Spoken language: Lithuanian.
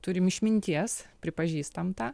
turim išminties pripažįstam tą